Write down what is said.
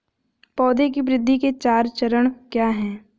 पौधे की वृद्धि के चार चरण क्या हैं?